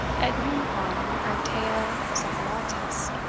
et nunquan antea separatis,